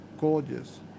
gorgeous